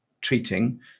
treating